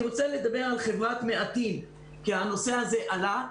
אני רוצה לדבר על "חברת מעטים" כי הנושא הזה עלה.